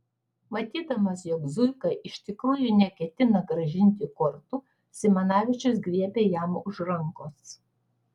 matydamas jog zuika iš tikrųjų neketina grąžinti kortų simanavičius griebė jam už rankos